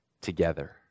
together